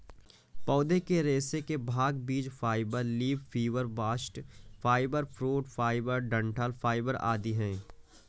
पौधे के रेशे के भाग बीज fibre, leaf fibre, bast fibre, fruit fibre, डंठल फाइबर आदि है